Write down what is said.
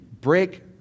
break